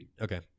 Okay